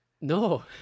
No